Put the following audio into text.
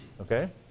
Okay